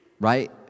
right